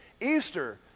Easter